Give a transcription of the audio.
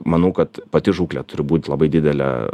manau kad pati žūklė turi būt labai didelė